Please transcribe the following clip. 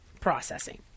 processing